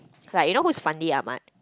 like you know who is Fandi-Ahmad